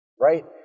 right